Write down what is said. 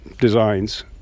designs